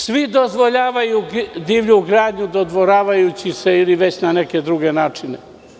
Svi dozvoljavaju divlju gradnju dodvoravajući se ili već na neke druge načine.